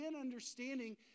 understanding